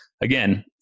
again